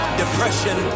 depression